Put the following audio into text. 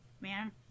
man